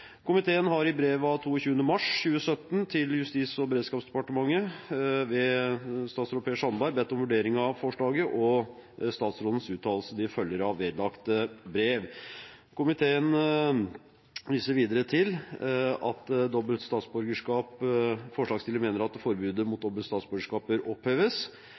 Komiteen har i brev av 22. mars 2017 til Justis- og beredskapsdepartementet ved statsråd Per Sandberg bedt om en vurdering av forslaget, og statsrådens uttalelser følger av vedlagte brev. Forslagsstilleren mener at forbudet mot dobbelt statsborgerskap bør oppheves, og komiteen registrerer at forslagsstilleren viser til at det norske samfunn er